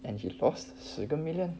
and he lost 十个 million